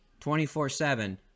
24-7